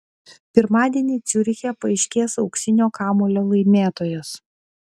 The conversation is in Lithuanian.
pirmadienį ciuriche paaiškės auksinio kamuolio laimėtojas